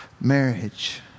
marriage